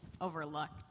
overlooked